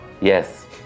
Yes